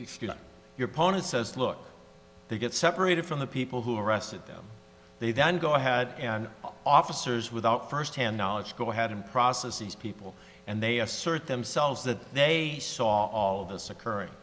does your opponent says look they get separated from the people who arrested them they then go ahead and officers without firsthand knowledge go ahead and process these people and they assert themselves that they saw all of this occurring